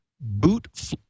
boot